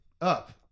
up